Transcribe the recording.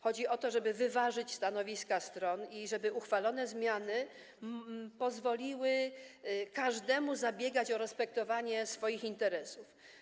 Chodzi o to, żeby wyważyć stanowiska stron i żeby uchwalone zmiany pozwoliły każdemu zabiegać o respektowanie jego interesów.